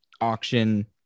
auction